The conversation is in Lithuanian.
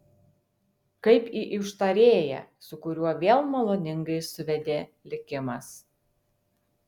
kaip į užtarėją su kuriuo vėl maloningai suvedė likimas